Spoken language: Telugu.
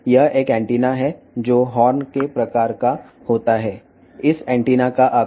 ఒక హార్న్ టైపు ఆంటిన్నా ఈ యాంటెన్నా పరిమాణం 14 x 24 సెం2